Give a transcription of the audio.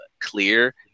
clear